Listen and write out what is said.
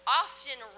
often